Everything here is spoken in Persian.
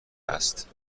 است